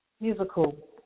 musical